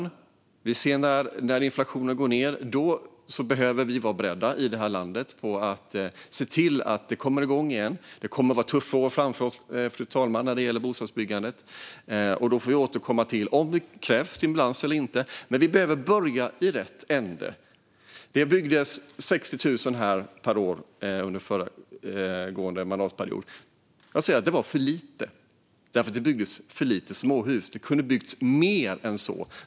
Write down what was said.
När vi ser att inflationen går ned behöver vi i det här landet vara beredda på att se till att det kommer igång igen. Vi har tuffa år framför oss när det gäller bostadsbyggandet, fru talman. Vi får återkomma till om det krävs stimulans eller inte. Men vi behöver börja i rätt ände. Det byggdes 60 000 bostäder per år under föregående mandatperiod. Det var för lite; det byggdes för få småhus. Det kunde ha byggts mer än så.